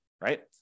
right